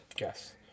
Yes